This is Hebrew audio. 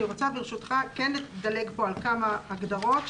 אני רוצה ברשותך לדלג פה על כמה הגדרות.